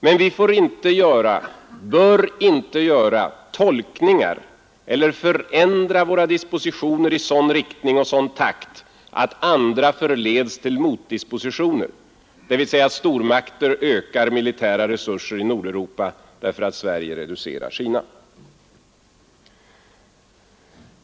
Men vi får inte, bör inte göra tolkningar eller förändra våra dispositioner i sådan riktning och sådan takt att andra förleds till motdispositioner, dvs. stormakter ökar militära resurser i Nordeuropa därför att Sverige reducerar sina.